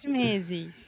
meses